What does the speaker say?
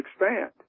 expand